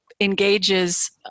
engages